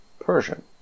Persian